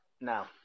now